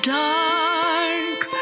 dark